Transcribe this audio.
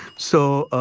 so.